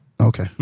Okay